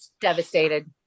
Devastated